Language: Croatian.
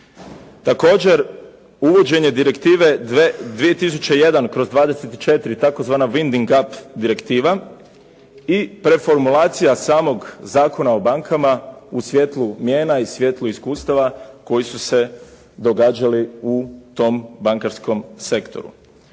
Također uvođenje Direktive 2001/24 tvz. „windig up“ direktiva i preformulacija samog Zakona o bankama u svjetlu mijena i svijetlu iskustava koji su se događali u tom bankarskom sektoru.